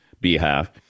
behalf